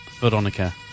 Veronica